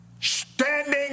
Standing